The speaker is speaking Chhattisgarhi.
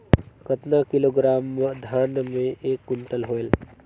कतना किलोग्राम धान मे एक कुंटल होयल?